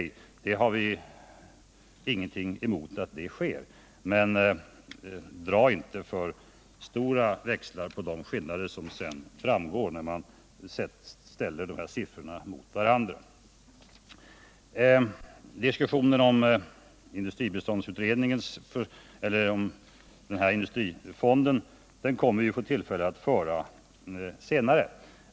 Vi har ingenting emot att det sker, men dra inte för stora växlar på de skillnader som sedan framgår när man ställer siffrorna mot varandra. Diskussionen om industrifonden kommer vi att få tillfälle att föra senare.